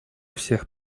всех